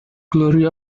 glory